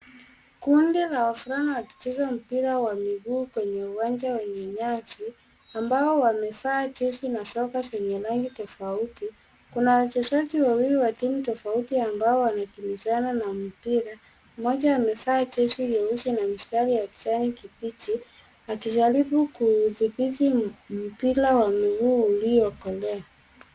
Kundi la wavulana wakicheza mpira wa miguu kwenye uwanja wenye nyasi, ambao wamevaa za soka zenye rangi tofauti. Kuna wachezaji wawili wa timu tofauti ambao wamekimbizana na mpira. Mmoja amevaa jezi nyeusi na mistari ya kijani kibichi akijaribu kuudhibiti mpira wa miguu ulioko mbele.